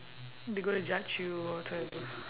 they gonna judge you whatsoever